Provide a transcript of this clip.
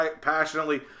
passionately